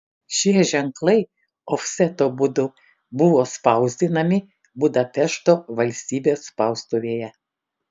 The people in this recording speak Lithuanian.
šie ženklai ofseto būdu buvo spausdinami budapešto valstybės spaustuvėje